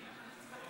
עשר דקות